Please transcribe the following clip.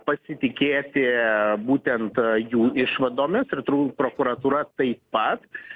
pasitikėti būtent jų išvadomis ir turbūt prokuratūra taip pat